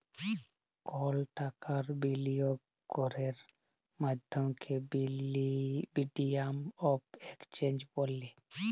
call টাকার বিলিয়গ ক্যরের মাধ্যমকে মিডিয়াম অফ এক্সচেঞ্জ ব্যলে